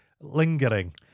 lingering